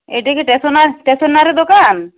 এটা কি টেশনা স্টেশনারী দোকান